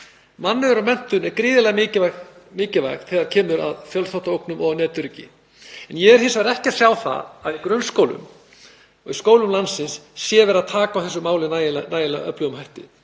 Mannauður og menntun er gríðarlega mikilvæg þegar kemur að fjölþáttaógnum og netöryggi. En ég er hins vegar ekki að sjá það að í grunnskólum og skólum landsins sé verið að taka á þessu máli með nægilega öflugum hætti.